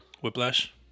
Whiplash